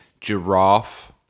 giraffe